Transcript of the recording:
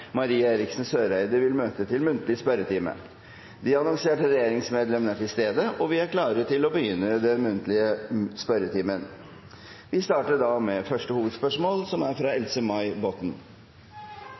De annonserte regjeringsmedlemmene er til stede, og vi er klare til å starte den muntlige spørretimen. Vi starter da med første hovedspørsmål, som er fra representanten Else-May Botten.